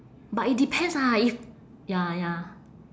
but it depends ah if ya ya